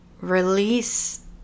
release